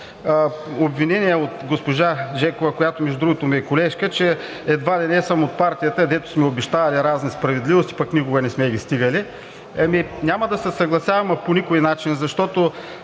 обвинения от госпожа Жекова, която, между другото, ми е колежка, че едва ли не съм от партията, където сме обещавали разни справедливости, пък никога не сме ги стигали. Няма да се съглася по никой начин, защото